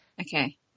okay